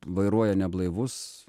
vairuoja neblaivus